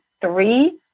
three